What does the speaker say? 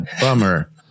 bummer